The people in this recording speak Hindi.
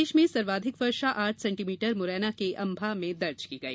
प्रदेश में सर्वाधिक वर्षा आठ सेण्टीमीटर मुरैना के अंबाह में दर्ज की गई